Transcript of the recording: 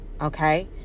okay